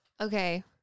Okay